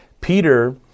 Peter